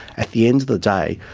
at the end of the day,